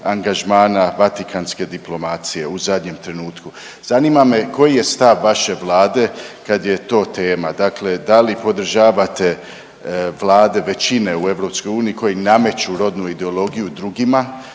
angažmana Vatikanske diplomacije u zadnjem trenutku. Zanima me koji je stav vaše Vlade kad je to tema? Dakle da li podržavate Vlade većine u EU koji nameću rodnu ideologiju drugima